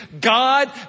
God